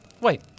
wait